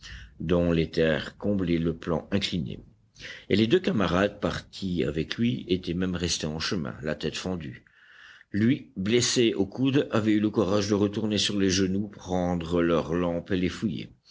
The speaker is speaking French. dont les terres comblaient le plan incliné et les deux camarades partis avec lui étaient même restés en chemin la tête fendue lui blessé au coude avait eu le courage de retourner sur les genoux prendre leurs lampes et les fouiller